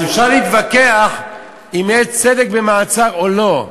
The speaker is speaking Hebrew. אז אפשר להתווכח אם יש צדק במעצר או לא.